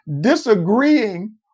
Disagreeing